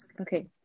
Okay